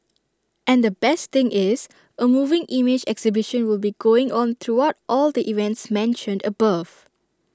and the best thing is A moving image exhibition will be going on throughout all the events mentioned above